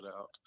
out